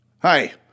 Hi